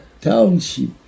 Township